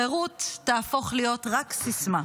חירות תהפוך להיות רק סיסמה.